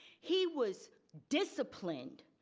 he was disciplined,